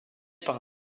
par